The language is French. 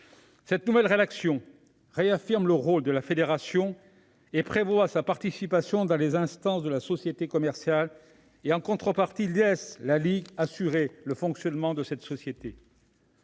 Cette nouvelle rédaction réaffirme le rôle de la fédération et prévoit sa participation dans les instances de la société commerciale ; en contrepartie, elle laisse la ligue assurer le fonctionnement de cette société.